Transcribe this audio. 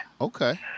Okay